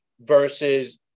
versus